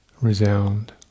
resound